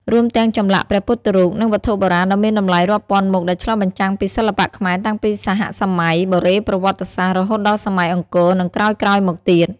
រួមទាំងចម្លាក់ព្រះពុទ្ធរូប និងវត្ថុបុរាណដ៏មានតម្លៃរាប់ពាន់មុខដែលឆ្លុះបញ្ចាំងពីសិល្បៈខ្មែរតាំងពីសហសម័យបុរេប្រវត្តិសាស្ត្ររហូតដល់សម័យអង្គរ និងក្រោយៗមកទៀត។